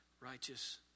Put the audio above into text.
righteous